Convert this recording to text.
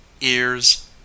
ears